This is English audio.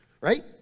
right